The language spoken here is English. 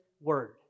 word